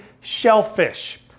shellfish